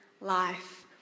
life